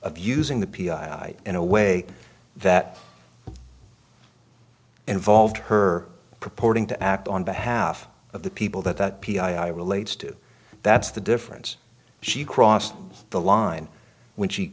of using the p i in a way that involved her purporting to act on behalf of the people that that p i relates to that's the difference she crossed the line when she